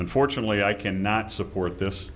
unfortunately i can not support this